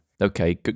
Okay